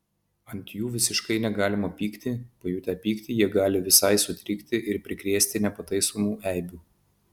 ant jų visiškai negalima pykti pajutę pyktį jie gali visai sutrikti ir prikrėsti nepataisomų eibių